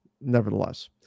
nevertheless